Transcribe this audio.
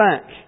back